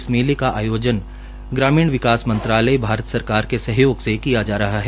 इस मेले का आयोजन ग्रामीण विकास मंत्रालय भारत सरकार के सहयोग किया जा रहा है